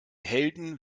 helden